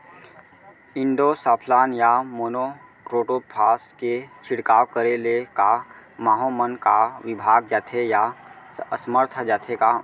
Endosulfan या monocrotophos के छिड़काव करे ले क माहो मन का विभाग जाथे या असमर्थ जाथे का?